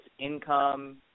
income